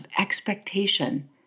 expectation